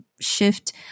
shift